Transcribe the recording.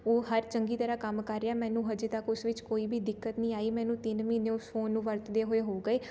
ਉਹ ਹਰ ਚੰਗੀ ਤਰ੍ਹਾਂ ਕੰਮ ਕਰ ਰਿਹਾ ਮੈਨੂੰ ਹਜੇ ਤੱਕ ਉਸ ਵਿੱਚ ਕੋਈ ਵੀ ਦਿੱਕਤ ਨਹੀਂ ਆਈ ਮੈਨੂੰ ਤਿੰਨ ਮਹੀਨੇ ਉਸ ਫੋਨ ਨੂੰ ਵਰਤਦੇ ਹੋਏ ਹੋ ਗਏ